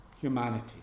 humanity